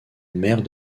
mère